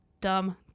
dumb